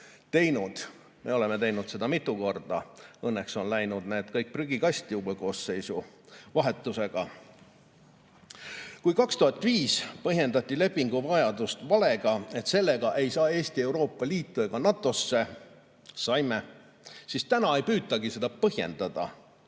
teinud." Me oleme teinud seda mitu korda. Õnneks on läinud need kõik prügikasti koosseisu vahetusega. Kui 2005. aastal põhjendati lepingu vajalikkust valega, et selleta ei saa Eesti Euroopa Liitu ega NATO-sse – saime –, siis täna ei püütagi seda põhjendada.